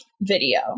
video